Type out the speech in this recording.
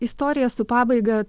istorija su pabaiga